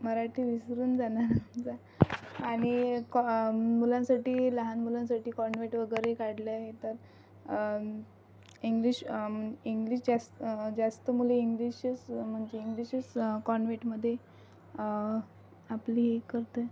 मराठी विसरून जाणार जा आणि कॉ मुलांसाठी लहान मुलांसाठी कॉनवेट वगैरे काढलंय तर इंग्लिश इंग्लिश जास्त् जास्त मुली इंग्लिशच म्हणजे इंग्लिशच कॉनवेटमध्ये आपली हे करते